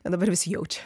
dabar visi jaučia